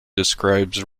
describes